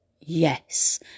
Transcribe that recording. yes